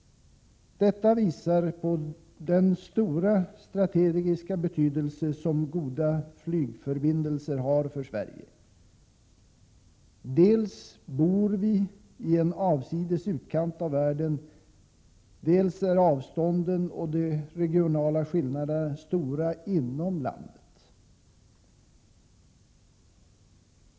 Detta visar på den stora strategiska betydelse som goda flygförbindelser har för Sverige. Dels bor vi i en avsides utkant av världen, dels är avstånden och de regionala skillnaderna inom landet stora.